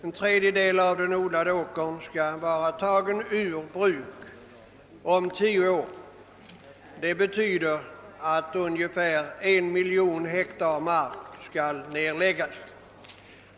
En tredjedel av den odlade åkerarealen skall vara tagen ur bruk inom tio år, vilket betyder att ungefär 1 miljon hektar mark skall nedläggas.